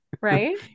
right